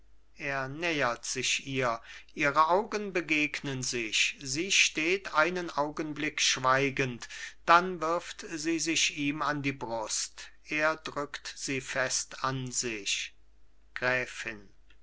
er nähert sich ihr ihre augen begegnen sich sie steht einen augenblick schweigend dann wirft sie sich ihm an die brust er drückt sie fest an sich gräfin